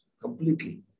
completely